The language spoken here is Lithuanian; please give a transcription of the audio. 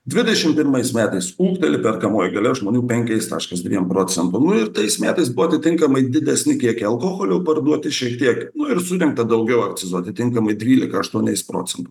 dvidešimt pirmais metais ūgteli perkamoji galia žmonių penkiais taškas dviem procento ir tais metais buvo atitinkamai didesni kiekiai alkoholio parduoti šiek tiek ir surinkta daugiau akcizų atitinkamai trylika aštuoniais procento